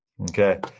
Okay